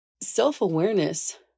self-awareness